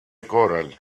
corral